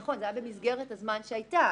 נכון, זה היה במסגרת הזמן שהייתה.